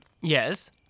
Yes